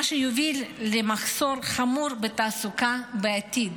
מה שיוביל למחסור חמור בתעסוקה בעתיד.